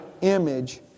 image